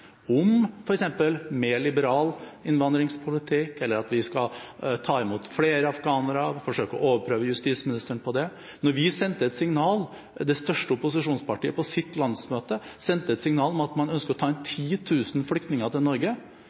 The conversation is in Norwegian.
om f.eks. mer liberal innvandringspolitikk, eller at vi skal ta imot flere afghanere, forsøke å overprøve justisministeren på det. Når det største opposisjonspartiet på sitt landsmøte sendte et signal om at man ønsker å ta inn 10 000 flyktninger til Norge